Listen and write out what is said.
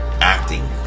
acting